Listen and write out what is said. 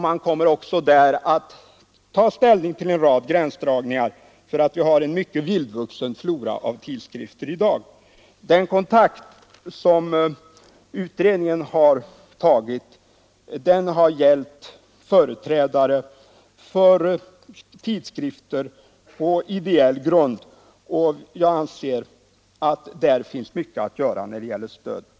Man kommer också där att få ta ställning till en rad gränsdragningar. Vi har i dag en mycket vildvuxen flora av tidskrifter. Den kontakt som utredningen tagit har gällt företrädare för tidskrifter på ideell grund. Jag anser att där finns mycket att göra när det gäller stöd.